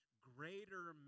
greater